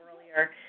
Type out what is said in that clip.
earlier